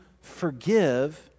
forgive